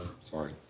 sorry